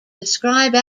describe